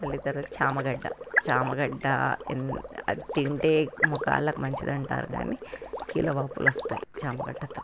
మళ్ళీ తర్వాత చామగడ్డ చామగడ్డ అది తింటే మోకాళ్ళకు మంచిదంటారు కానీ కీళ్ళ వాపులు వస్తాయి చామగడ్డతో